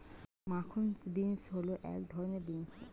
মাখন বিন্স হল এক ধরনের বিন্স